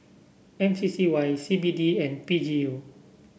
mCCY CBD and PGU